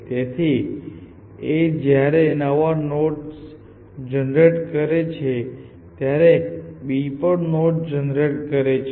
તેથી a જયારે નવા નોડ જનરેટ કરે છે ત્યારે b પણ નોડ જનરેટ કરે છે